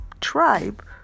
tribe